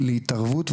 להתערבות,